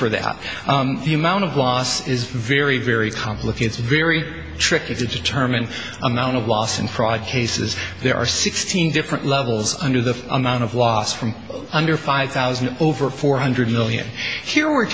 for that the amount of loss is very very complicated very tricky to determine amount of loss and fraud cases there are sixteen different levels under the amount of loss from under five thousand over four hundred million here we